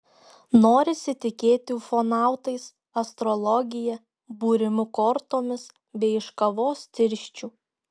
norisi tikėti ufonautais astrologija būrimu kortomis bei iš kavos tirščių